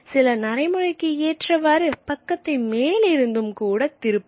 சிலர் நடைமுறைக்கு ஏற்றவாறு பக்கத்தை மேலிருந்தும் கூடத் திருப்புவர்